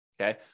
Okay